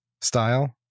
style